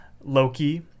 Loki